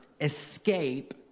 escape